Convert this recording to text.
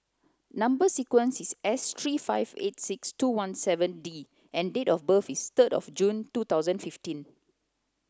number sequence is S three five eight six two one seven D and date of birth is third of June two thousand fifteen